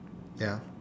ya